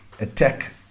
attack